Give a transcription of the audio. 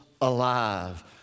alive